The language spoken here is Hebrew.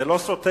זה לא סותר,